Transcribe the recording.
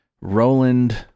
Roland